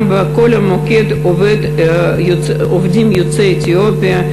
גם במוקד עובדים יוצאי אתיופיה.